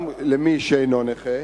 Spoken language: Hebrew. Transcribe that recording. גם למי שאינו נכה.